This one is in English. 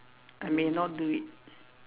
I may not do it